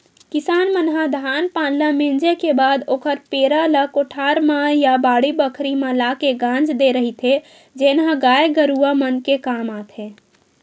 किसान मन ह धान पान ल मिंजे के बाद ओखर पेरा ल कोठार म या बाड़ी बखरी म लाके गांज देय रहिथे जेन ह गाय गरूवा मन के काम आथे